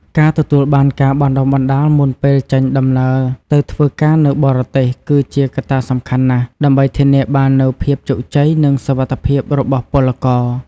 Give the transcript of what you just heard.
ការទទួលបានការបណ្តុះបណ្តាលមុនពេលចេញដំណើរទៅធ្វើការនៅបរទេស គឺជាកត្តាសំខាន់ណាស់ ដើម្បីធានាបាននូវភាពជោគជ័យ និងសុវត្ថិភាពរបស់ពលករ។